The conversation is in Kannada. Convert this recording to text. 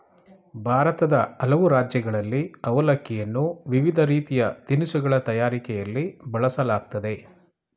ಭಾರತದ ಹಲವು ರಾಜ್ಯಗಳಲ್ಲಿ ಅವಲಕ್ಕಿಯನ್ನು ವಿವಿಧ ರೀತಿಯ ತಿನಿಸುಗಳ ತಯಾರಿಕೆಯಲ್ಲಿ ಬಳಸಲಾಗ್ತದೆ